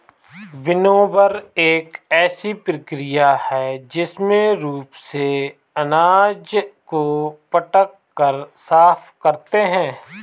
winnower एक ऐसी प्रक्रिया है जिसमें रूप से अनाज को पटक कर साफ करते हैं